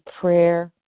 prayer